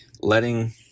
letting